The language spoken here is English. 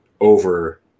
over